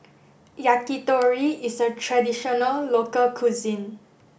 Yakitori is a traditional local cuisine